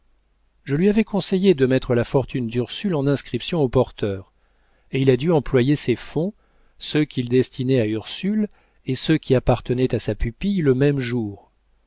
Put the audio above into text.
je lui avais conseillé de mettre la fortune d'ursule en inscriptions au porteur et il a dû employer ses fonds ceux qu'il destinait à ursule et ceux qui appartenaient à sa pupille le même jour